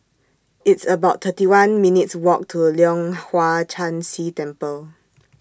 It's about thirty one minutes' Walk to Leong Hwa Chan Si Temple